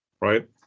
right